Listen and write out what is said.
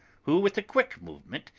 who, with a quick movement,